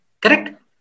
Correct